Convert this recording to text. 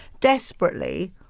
desperately